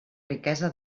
riquesa